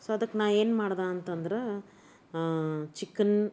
so ಅದಕ್ಕೆ ನಾನು ಏನ್ಮಾಡ್ದೆ ಅಂತಂದ್ರೆ ಚಿಕನ್